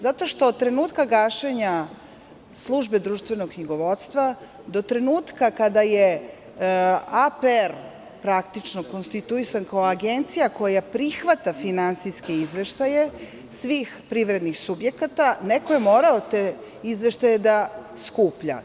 Zato što od trenutka gašenja SDK do trenutka kada je APR praktično konstituisan kao agencija koja prihvata finansijske izveštaje svih privrednih subjekata, neko je morao te izveštaje da skuplja.